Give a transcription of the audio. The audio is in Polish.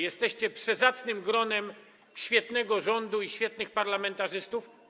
Jesteście przezacnym gronem świetnego rządu i świetnych parlamentarzystów.